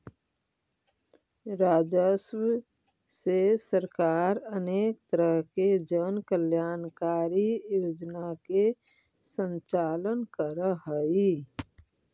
राजस्व से सरकार अनेक तरह के जन कल्याणकारी योजना के संचालन करऽ हई